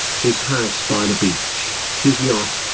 his house by the beach, his yacht,